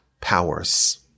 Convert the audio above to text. powers